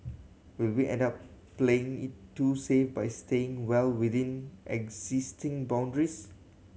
will we end up playing it too safe by staying well within existing boundaries